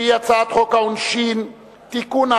שהיא הצעת חוק העונשין (תיקון,